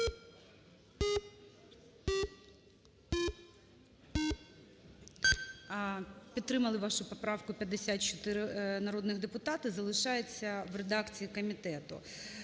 Підтримали вашу поправку 54 народних депутатів. Залишається в редакції комітету.